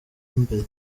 imbere